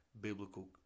biblical